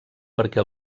perquè